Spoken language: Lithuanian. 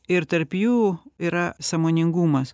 ir tarp jų yra sąmoningumas